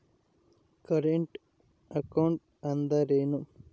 Current account ಅಂದರೇನು?